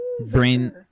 brain